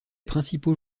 principaux